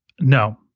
No